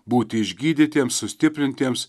būti išgydytiems sustiprintiems